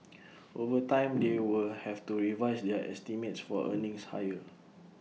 over time they will have to revise their estimates for earnings higher